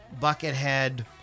Buckethead